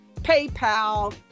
PayPal